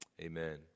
Amen